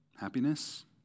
happiness